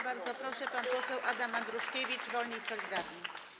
Bardzo proszę, pan poseł Adam Andruszkiewicz, Wolni i Solidarni.